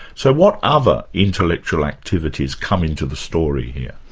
so what other intellectual activities come into the story here?